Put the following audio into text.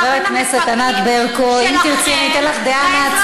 חברת הכנסת ברקו, אם תרצי לדבר,